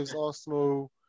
Arsenal